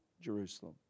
Jerusalem